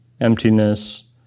emptiness